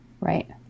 Right